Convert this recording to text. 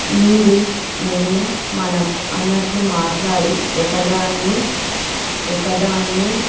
మీరు నేను మనం అన్నట్లు మాట్లాడి ఒకదాన్ని ఒకదాన్ని